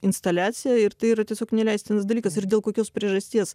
instaliacija ir tai yra tiesiog neleistinas dalykas ir dėl kokios priežasties